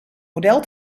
model